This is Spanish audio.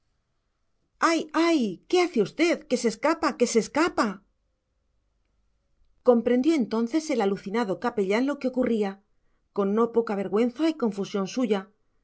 ay ay qué hace usted que se escapa que se escapa comprendió entonces el alucinado capellán lo que ocurría con no poca vergüenza y confusión suya